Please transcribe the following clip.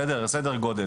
בסדר?